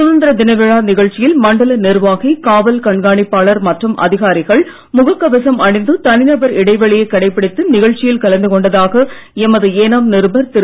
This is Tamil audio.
சுதந்திர தின விழா நிகழ்ச்சியில் மண்டல நிர்வாகி காவல் கண்காணிப்பளார் மற்றும் அதிகாரிகள் முகக் கவசம் அணிந்து தனிநபர் இடைவெளியைக் கடைபிடித்து நிகழ்ச்சியில் கலந்துகொண்டதாக எமது ஏனாம் நிருபர் திரு